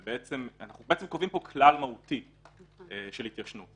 אנחנו קובעים פה כלל מהותי של התיישנות.